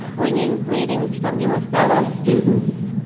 bringing greetings from your fellow students,